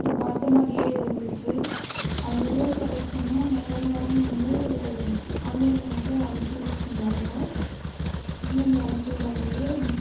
நான் பார்த்தா மாதிரியே இருந்துச்சு வந்தது செலக்ட் பண்ணிணேன் நேரடியாகவே வந்து ஆன்லைனில் வந்து அனுப்பி விட்டுருந்தாங்க ஆன்லைனில் அனுப்பி விடும் போது